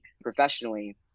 professionally